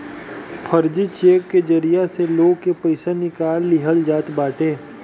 फर्जी चेक के जरिया से लोग के पईसा निकाल लिहल जात बाटे